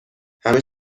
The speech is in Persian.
همه